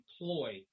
employ